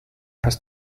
hast